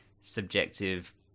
subjective